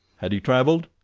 had he travelled?